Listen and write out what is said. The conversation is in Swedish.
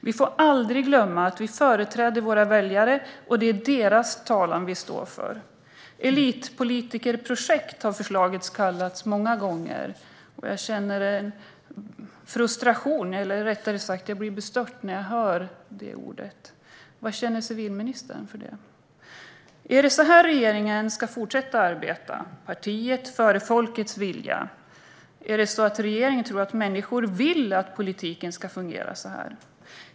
Vi får aldrig glömma att vi företräder våra väljare, och det är deras talan vi för. Elitpolitikerprojekt, har förslaget kallats många gånger. Jag känner en frustration, eller jag blir rättare sagt bestört, när jag hör detta ord. Vad känner civilministern för detta? Är det så här regeringen ska fortsätta att arbeta? Ska partiet gå före folkets vilja? Tror regeringen att människor vill att politiken ska fungera så här?